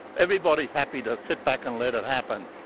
everybody is happy to sit back and let it happen.